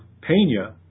Pena